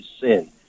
sin